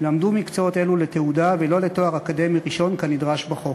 למדו מקצועות אלו לתעודה ולא לתואר אקדמי ראשון כנדרש בחוק.